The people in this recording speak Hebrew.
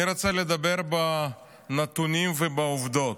אני רוצה לדבר בנתונים ובעובדות.